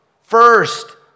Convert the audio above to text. First